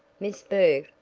miss berg,